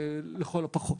לכל הפחות.